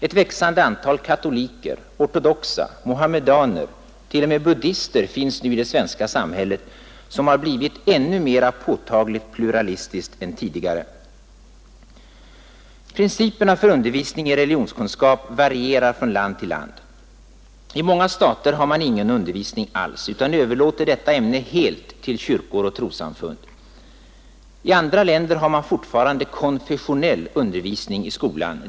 Ett växande antal katoliker, ortodoxa, muhammedaner och t.o.m. buddister finns nu i det svenska samhället, som har blivit ännu mera påtagligt pluralistiskt än tidigare. Principerna för undervisningen i religionskunskap varierar från land till land. I många stater har man ingen undervisning alls utan överlåter detta ämne helt till kyrkor och trossamfund. I andra länder har man fortfarande konfessionell undervisning i skolan.